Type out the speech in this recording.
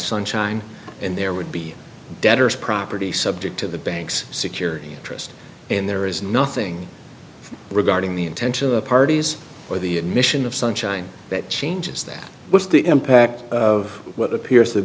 sunshine and there would be debtors property so to the banks security interest and there is nothing regarding the intention of the parties or the admission of sunshine that changes that was the impact of what appears to have